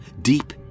Deep